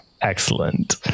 excellent